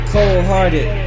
Cold-hearted